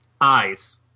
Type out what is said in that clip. eyes